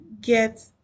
get